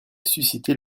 suscitée